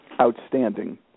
Outstanding